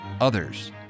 others